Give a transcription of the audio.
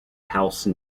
house